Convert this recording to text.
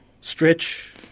stretch